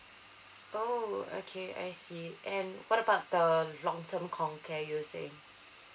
oh okay I see and what about the long term comcare you were saying